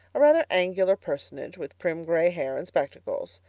a rather angular personage, with prim gray hair and spectacles.